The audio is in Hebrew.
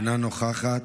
אינה נוכחת,